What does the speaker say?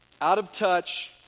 out-of-touch